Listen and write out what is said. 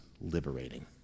liberating